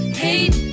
hate